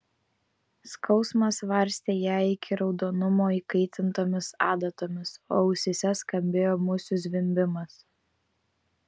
skausmas varstė ją iki raudonumo įkaitintomis adatomis o ausyse skambėjo musių zvimbimas